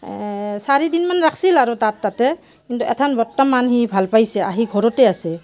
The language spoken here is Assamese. চাৰিদিনমান ৰাখছিল আৰু তাত তাতে কিন্তু এথান বৰ্তমান সি ভাল পাইছে আহি ঘৰতে আছে